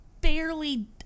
barely